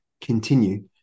continue